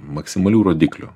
maksimalių rodiklių